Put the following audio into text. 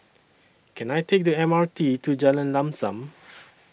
Can I Take The M R T to Jalan Lam SAM